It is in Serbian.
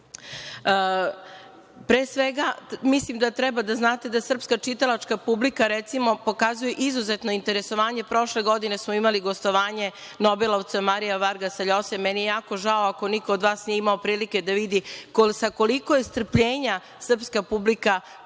svega, mislim da treba da znate da srpska čitalačka publika, recimo, pokazuje izuzetno interesovanje. Prošle godine smo imali gostovanje nobelovca Maria Vargasa LJose. Meni je jako žao ako niko od vas nije imao prilike da vidi sa koliko je strpljenja srpska publika